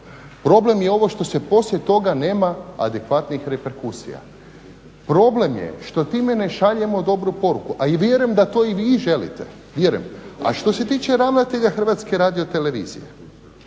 problem je ovo što se poslije toga nema adekvatnih reperkusija. Problem je što time ne šaljemo dobru poruku a i vjerujem da to i vi želite. Vjerujem. A što se tiče ravnatelja Hrvatske radiotelevizije